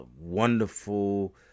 wonderful